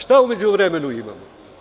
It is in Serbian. Šta u međuvremenu imamo?